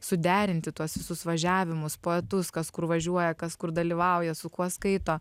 suderinti tuos visus važiavimus poetus kas kur važiuoja kas kur dalyvauja su kuo skaito